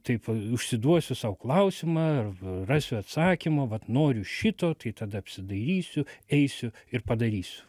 taip užsiduosiu sau klausimą rasiu atsakymą vat noriu šito tai tada apsidairysiu eisiu ir padarysiu